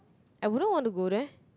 I wouldn't want to go there